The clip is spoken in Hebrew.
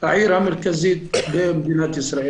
העיר הערבית המרכזית במדינת ישראל.